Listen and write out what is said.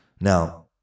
Now